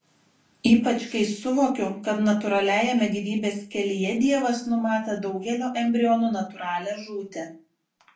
ypač kai suvokiu kad natūraliajame gyvybės kelyje dievas numatė daugelio embrionų natūralią žūtį